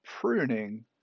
pruning